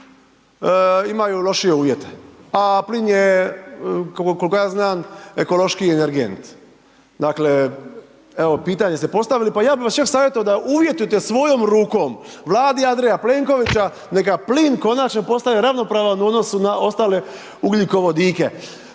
imaju lošije uvjete, a plin je, koliko ja znam, ekološkiji energent. Dakle, evo pitanje ste postavili, pa ja bih vas čak savjetovao da uvjetujete svojom rukom Vladi Andreja Plenkovića neka plin konačno postane ravnopravan u odnosu na ostale ugljikovodike